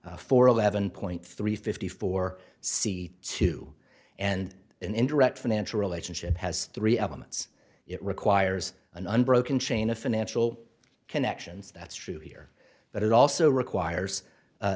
r for eleven point three fifty four c two and an indirect financial relationship has three elements it requires an unbroken chain of financial connections that's true here but it also requires